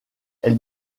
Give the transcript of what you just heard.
elle